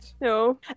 no